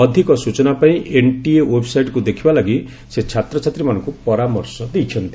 ଅଧିକ ସୂଚନା ପାଇଁ ଏନ୍ଟିଏ ୱେବ୍ସାଇଟ୍କୁ ଦେଖିବା ଲାଗି ସେ ଛାତ୍ରଛାତ୍ରୀମାନଙ୍କୁ ପରାମର୍ଶ ଦେଇଛନ୍ତି